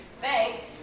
Thanks